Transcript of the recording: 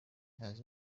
has